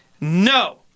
No